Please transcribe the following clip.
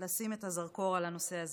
לשים את הזרקור על הנושא הזה.